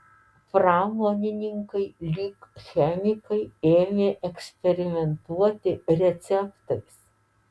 pramonininkai lyg chemikai ėmė eksperimentuoti receptais